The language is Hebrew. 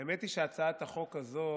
האמת היא שהצעת החוק הזאת